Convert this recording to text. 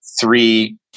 three